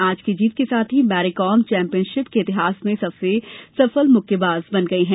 आज की जीत के साथ ही मैरी कॉम चैंम्पियनशिप के इतिहास में सबसे सफल मुक्केबाज बन गई हैं